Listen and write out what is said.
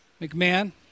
McMahon